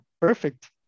perfect